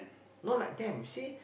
not like them you see